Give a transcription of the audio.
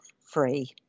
free